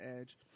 edge